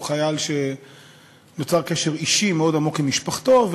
הוא חייל שנוצר קשר אישי מאוד עמוק עם משפחתו.